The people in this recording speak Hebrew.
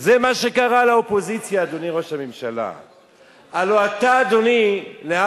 זה מה שקרה לאופוזיציה, אדוני ראש הממשלה.